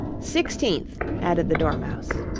sixteenth, added the dormouse.